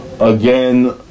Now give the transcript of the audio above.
again